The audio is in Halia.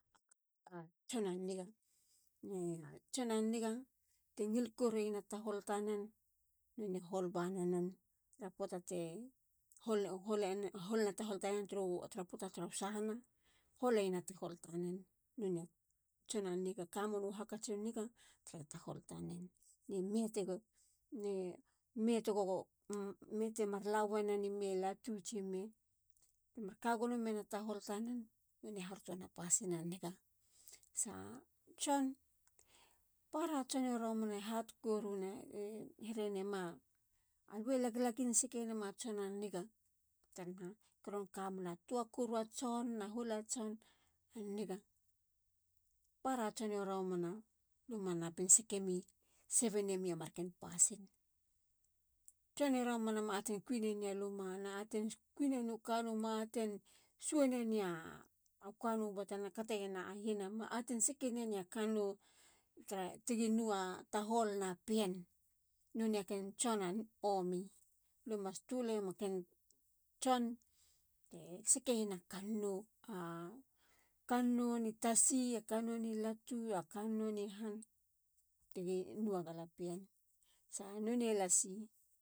A katuna. tson a niga. na tson a niga te ngil korueyena tahol tanen. none hol baneyen tara poata te holeno tahol tanen tara poata turu sahana. holeyena tahol tanen. noneya a tson a niga. kamenu hakatsu niga tara tahol tanen. ne tego. metemarla weneni me. latu tsime. ma kagono meneya tahol tanen. none. none haruto nena pasin a niga. sa tson. para tson i romana e hat koruna e herene ma. alue lagin sake ye ma tson a niga. taranaha. ron kamena tua koru a tson. na huol a tson. ron nigar. para tsoni romana. luma napin sake mi. sebe nemia marken pasin. tson i romana ma aten kui nene a kanu batena kateyena yina. ma aten sake nene a kanou tara. tigi no aa tahol na pien. nonei a ken tson a omi. lue mas tuleyema ken tson te sakeyena kannou. kannou ni tasi. a kannou ni latu. a kannou ni han tigi nou a galapien. sa. a nonei lasi.